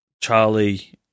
Charlie